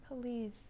Please